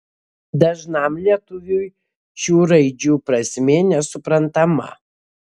dažnam lietuviui šių raidžių prasmė nesuprantama